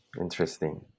Interesting